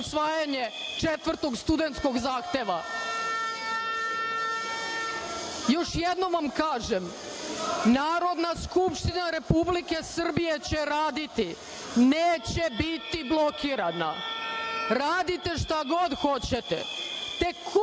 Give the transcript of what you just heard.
četvrtog studentskog zahteva. Još jednom vam kažem Narodna skupština Republike Srbije će raditi, neće biti blokirana, radite šta god hoćete, te Kurtijeve